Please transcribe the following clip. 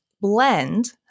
blend